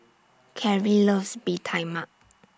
Carrie loves Bee Tai Mak